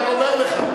אני רק אומר לך.